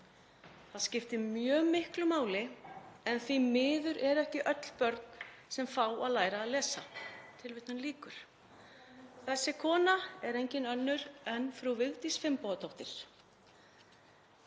Það skiptir mjög miklu máli en því miður eru ekki öll börn sem fá að læra að lesa. — Þessi kona er engin önnur en frú Vigdís Finnbogadóttir.